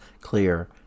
clear